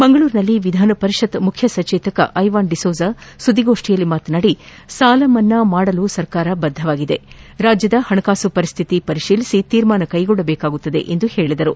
ಮಂಗಳೂರಿನಲ್ಲಿ ವಿಧಾನಪರಿಷತ್ ಮುಖ್ಯ ಸಚೇತಕ ಐವಾನ್ ಡಿಸೋಜ ಸುದ್ದಿಗೋಷ್ಠಿಯಲ್ಲಿ ಮಾತನಾಡಿ ಸಾಲಮನ್ನಾ ಮಾಡಲು ಸರ್ಕಾರ ಬದ್ದವಾಗಿದೆ ರಾಜ್ಯದ ಹಣಕಾಸು ಪರಿಸ್ಥಿತಿ ಪರಿಶೀಲಿಸಿ ತೀರ್ಮಾನ ಕೈಗೊಳ್ಳಬೇಕಾಗುತ್ತದೆ ಎಂದು ಹೇಳಿದರು